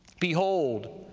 behold,